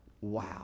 wow